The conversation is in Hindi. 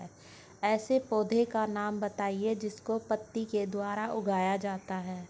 ऐसे पौधे का नाम बताइए जिसको पत्ती के द्वारा उगाया जाता है